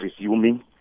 resuming